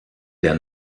der